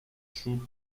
shoe